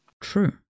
True